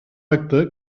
acte